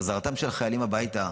חזרתם של החיילים הביתה,